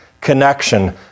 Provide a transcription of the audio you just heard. connection